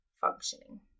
functioning